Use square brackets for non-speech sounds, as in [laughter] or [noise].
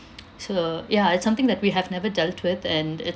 [noise] so ya it's something that we have never dealt with and